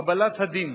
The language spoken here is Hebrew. קבלת הדין.